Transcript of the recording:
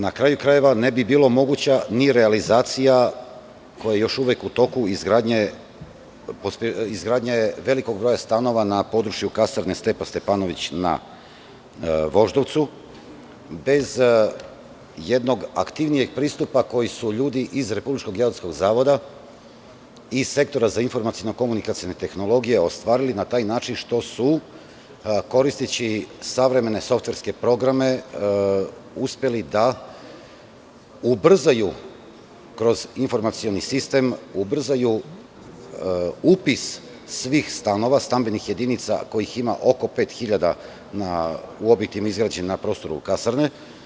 Na kraju krajeva, ne bi bilo moguća ni realizacija, koja je još uvek u toku, izgradnje velikog broja stanova na području Kasarne "Stepa Stepanović" na Voždovcu, bez jednog aktivnijeg pristupa koji su ljudi iz Republičkog geodetskog zavoda i Sektora za informaciono-komunikacione tehnologije ostvarili na taj način što su, koristeći savremene softverske programe, uspeli da ubrzaju kroz informacioni sistem upis svih stanova, stambenih jedinica, kojih ima oko 5.000 u objektima izgrađenim na prostoru Kasarne.